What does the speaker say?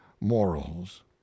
morals